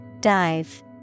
Dive